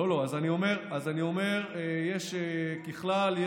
אז אני אומר שככלל,